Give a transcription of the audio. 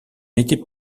n’étais